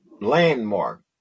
landmark